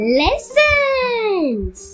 lessons